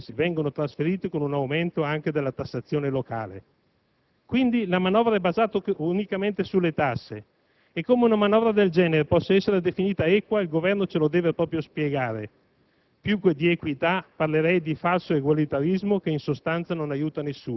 Anzi, i tagli previsti su sanità ed enti locali vengono trasferiti anche con un aumento della tassazione locale. Quindi, la manovra è basata unicamente sulle tasse. E come una manovra del genere possa essere definita equa il Governo ce lo deve proprio spiegare: